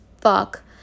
fuck